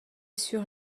sur